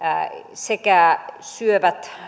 sekä syövät